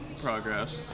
progress